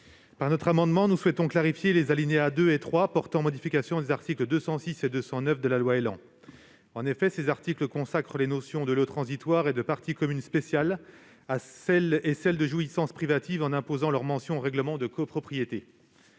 Avec cet amendement, nous souhaitons clarifier les alinéas 2 et 3 portant modification des articles 206 et 209 de ladite loi. En effet, ces articles consacrent les notions de lots transitoires et de parties communes spéciales, ainsi que celle de jouissance privative, en imposant leur mention au règlement de copropriété.